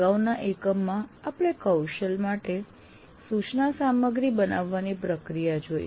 અગાઉના એકમમાં આપણે કૌશલ માટે સૂચના સામગ્રી બનાવવાની પ્રક્રિયા જોઈ